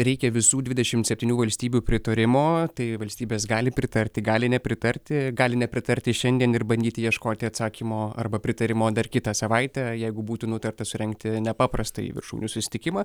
reikia visų dvidešimt septynių valstybių pritarimo tai valstybės gali pritarti gali nepritarti gali nepritarti šiandien ir bandyti ieškoti atsakymo arba pritarimo dar kitą savaitę jeigu būtų nutarta surengti nepaprastąjį viršūnių susitikimą